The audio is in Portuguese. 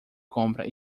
compra